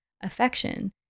affection